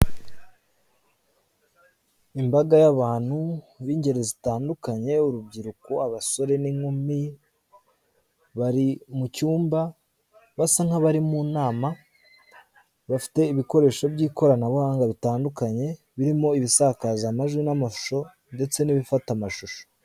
Imbaga y'abantu b'ingeri zitandukanye urubyiruko, abasore n'inkumi bari mu cyumba basa nabari mu nama bafite ibikoresho by'ikoranabuhanga bitandukanye birimo ibisakaza amajwi n'amashusho ndetse n'ibifata amashusho.